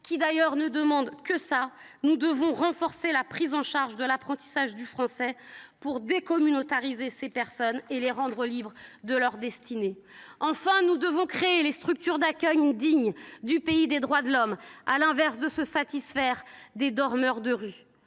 qui ne demandent que cela, nous devons renforcer la prise en charge de l’apprentissage du français pour décommunautariser ces personnes et les rendre libres de leur destinée. Enfin, nous devons créer les structures d’accueil dignes du pays des droits de l’homme plutôt que de nous satisfaire des dormeurs de rue.